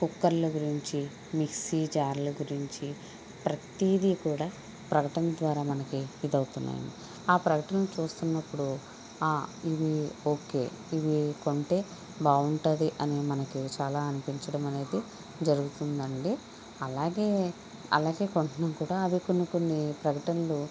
కుక్కర్ల గురించి మిక్సీ జార్ల గురించి ప్రతిదీ కూడా ప్రకటనల ద్వారా మనకి ఇదవుతున్నాయి ఆ ప్రకటనలు చూస్తున్నప్పుడు ఇవి ఓకే ఇవి కొంటే బాగుంటుంది అనే మనకి చాలా అనిపించడం అనేది జరుగుతుందండి అలాగే అలాగే కొంత మంది కూడా అవి కొన్ని కొన్ని ప్రకటనలు